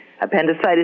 Appendicitis